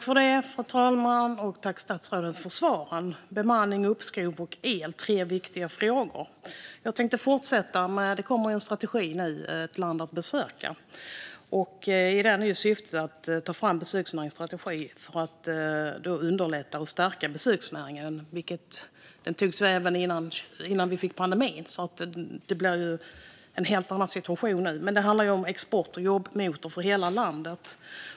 Fru talman! Tack, statsrådet, för svaren! Bemanning, uppskov och el är tre viktiga frågor. Det kommer snart en strategi med titeln Ett land att besöka . Syftet med den är att ta fram en strategi för besöksnäringen för att underlätta och stärka den. Den togs fram redan före pandemin, så därför har vi en helt annan situation nu. Det handlar dock om en export och jobbmotor för hela landet.